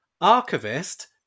archivist